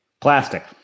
Plastic